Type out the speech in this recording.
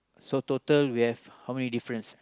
so total we have how many difference